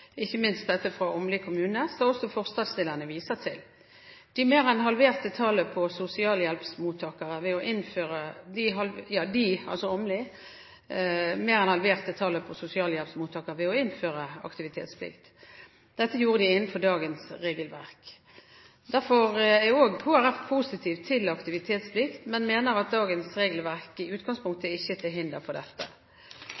ikke til hinder for aktivitetsplikt. Det har flere forsøk vist – ikke minst dette fra Åmli kommune, som også forslagsstillerne viser til. Åmli mer enn halverte tallet på sosialhjelpsmottakere ved å innføre aktivitetsplikt, og dette gjorde de innenfor dagens regelverk. Derfor er Kristelig Folkeparti også positive til aktivitetsplikt, men mener at dagens regelverk i